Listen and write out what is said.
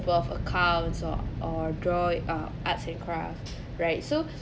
of accounts or or draw uh arts and craft right so